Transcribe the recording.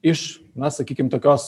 iš na sakykim tokios